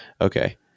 okay